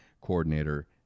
coordinator